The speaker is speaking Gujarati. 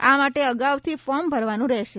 આ માટે અગાઉથી ફોર્મ ભરવાનું રહેશે